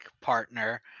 partner